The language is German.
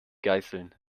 geiseln